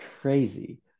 Crazy